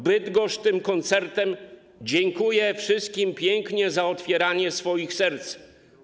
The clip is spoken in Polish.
Bydgoszcz tym koncertem dziękuje wszystkim pięknie za otwieranie swoich serc.